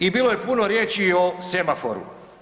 I bilo je puno riječi o semaforu.